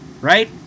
Right